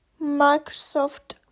Microsoft